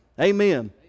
Amen